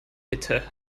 bitte